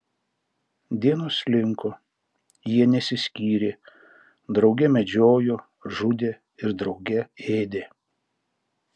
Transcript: dienos slinko jie nesiskyrė drauge medžiojo žudė ir drauge ėdė